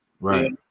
Right